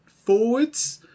forwards